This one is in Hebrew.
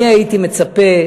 אני הייתי מצפה,